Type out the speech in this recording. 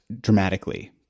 dramatically